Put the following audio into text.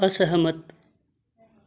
असहमत